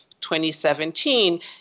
2017